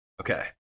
Okay